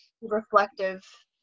reflective